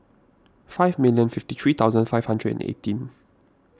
five million fifty three thousand five hundred and eighteen